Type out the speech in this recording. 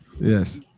Yes